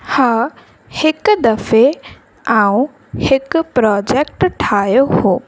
हा हिकु दफ़े आऊं हिकु प्रोजेक्ट ठाहियो हो